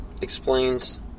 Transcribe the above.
explains